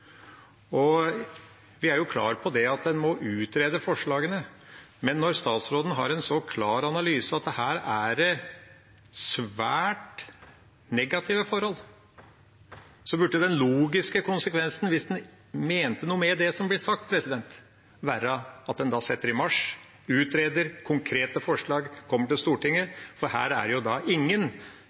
en må utrede forslagene. Men når statsråden har en så klar analyse, at her er det svært negative forhold, burde den logiske konsekvensen, hvis en mente noe med det som blir sagt, være at en da setter i marsj, utreder konkrete forslag og kommer til Stortinget, for her er det ingen